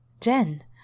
Jen